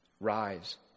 Rise